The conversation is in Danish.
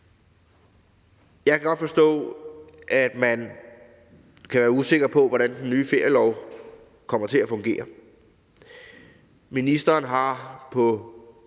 Jeg kan godt forstå, at man kan være usikker på, hvordan den nye ferielov kommer til at fungere.